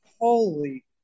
holy